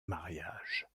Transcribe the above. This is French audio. mariage